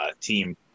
team